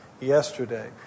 yesterday